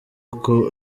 uko